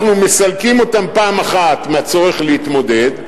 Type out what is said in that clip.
אנחנו מסלקים אותם פעם אחת מהצורך להתמודד,